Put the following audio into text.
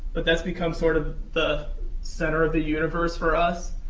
but that's become sort of the center of the universe for us.